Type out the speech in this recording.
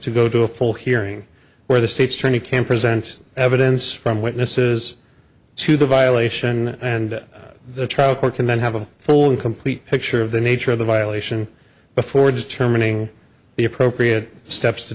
to go to a full hearing where the state's attorney can present evidence from witnesses to the violation and the trial court can then have a full and complete picture of the nature of the violation before determining the appropriate steps to